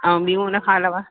ऐं ॿियूं हुनखां अलावा